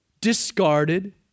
discarded